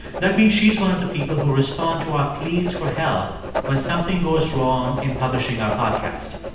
that means she's one of the people who respond to our pleas for help when something goes wrong in publishing our podcast.